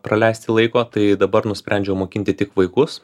praleisti laiko tai dabar nusprendžiau mokinti tik vaikus